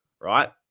right